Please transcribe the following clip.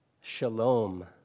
Shalom